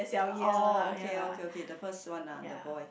oh okay okay okay the first one ah the boy